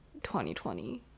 2020